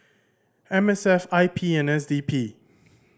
M S F I P and S D P